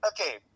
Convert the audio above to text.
Okay